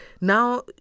Now